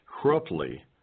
corruptly